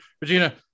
regina